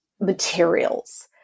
materials